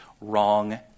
wrong